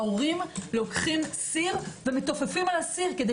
מהבית - ההורים לוקחים סיר ומתופפים על הסיר כדי